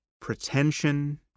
pretension